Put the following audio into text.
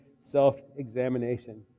self-examination